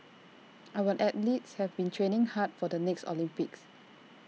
our athletes have been training hard for the next Olympics